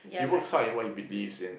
he works hard in what he believes in